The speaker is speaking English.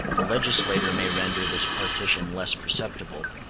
the legislator may render this partition less perceptible,